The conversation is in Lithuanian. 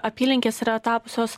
apylinkės yra tapusios